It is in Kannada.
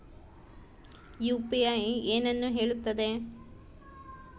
ಯು.ಪಿ.ಐ ಏನನ್ನು ಹೇಳುತ್ತದೆ?